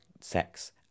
sex